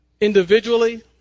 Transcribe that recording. individually